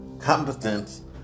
Competence